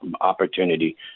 opportunity